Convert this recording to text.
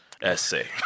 essay